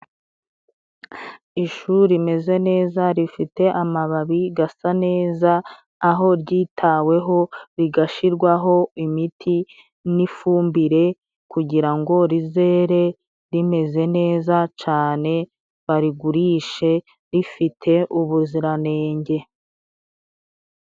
Ishu rimeze neza rifite amababi gasa neza, aho ryitaweho, rigashyirwaho imiti n'ifumbire kugira ngo rizere rimeze neza cane, barigurishe rifite ubuziranenge.